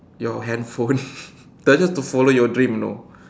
your handphone doesn't have to follow your dream you know